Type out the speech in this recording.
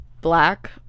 black